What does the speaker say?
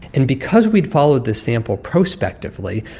and because we had followed this sample prospectively,